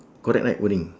correct right wording